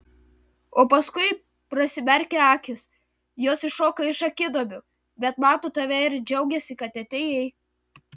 o paskui prasimerkia akys jos iššoka iš akiduobių bet mato tave ir džiaugiasi kad atėjai